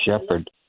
Shepard